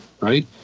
right